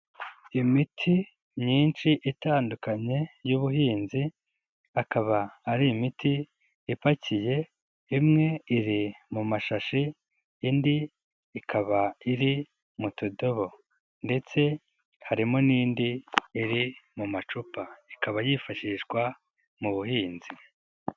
Imiti myinshi itandukanye y'ubuhinzi, akaba ari imiti ipakiye, imwe iri mu mashashi, indi ikaba iri mu tudobo ndetse harimo n'indi, iri mu macupa, ikaba yifashishwa mu buhinzi.